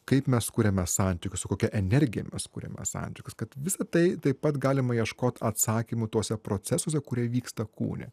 kaip mes kuriame santykius su kokia energija mes kuriame santykius kad visa tai taip pat galima ieškot atsakymų tuose procesuose kurie vyksta kūne